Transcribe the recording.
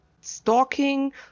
stalking